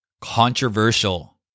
Controversial